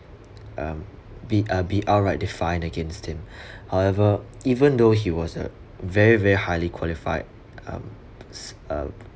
um be uh be outright they find against him however even though he was a very very highly qualified um